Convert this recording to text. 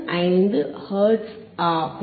15 hertz ஆகும்